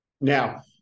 Now